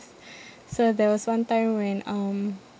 so there was one time when um